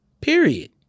Period